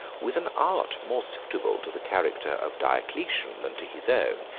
with an art more suitable to the character of diocletian than to his own,